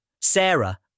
Sarah